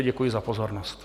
Děkuji za pozornost.